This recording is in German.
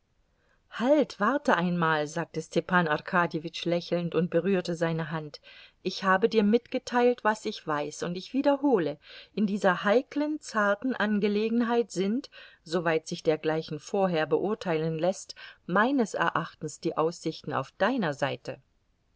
halt warte einmal sagte stepan arkadjewitsch lächelnd und berührte seine hand ich habe dir mitgeteilt was ich weiß und ich wiederhole in dieser heiklen zarten angelegenheit sind soweit sich dergleichen vorher beurteilen läßt meines erachtens die aussichten auf deiner seite